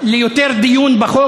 לא היו הסתייגויות.